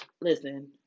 Listen